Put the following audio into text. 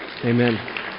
Amen